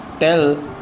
Tell